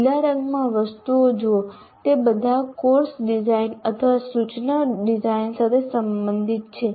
લીલા રંગમાં વસ્તુઓ જુઓ તે બધા કોર્સ ડિઝાઇન અથવા સૂચના ડિઝાઇન સાથે સંબંધિત છે